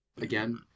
Again